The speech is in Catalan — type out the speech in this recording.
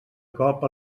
cop